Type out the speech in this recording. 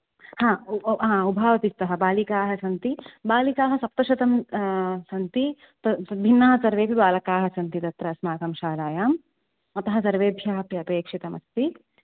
आम् उभा उभावपि स्तः बालिकाः सन्ति बालिकाः सप्तशतं सन्ति तद्भिन्नाः सर्वेऽपि बालकाः सन्ति तत्र अस्माकं शालायां अतः सर्वेभ्यः अपि अपेक्षितमस्ति